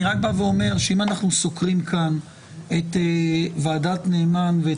אני רק אומר שאם אנחנו סוקרים כאן את ועדת נאמן,